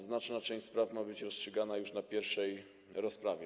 Znaczna część spraw ma być rozstrzygana już na pierwszej rozprawie.